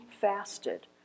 fasted